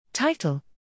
Title